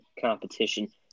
competition